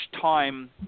time